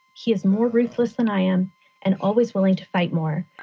he is more ruthless than i am and always willing to fight more.